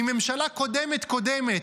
מממשלה קודמת-קודמת,